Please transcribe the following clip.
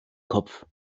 kopf